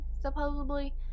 Supposedly